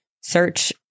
search